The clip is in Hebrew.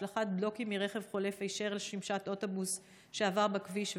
השלכת בלוקים מרכב חולף היישר לשמשת אוטובוס שעבר בכביש ועוד.